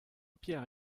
pierre